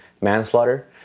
manslaughter